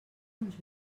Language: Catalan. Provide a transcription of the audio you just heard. uns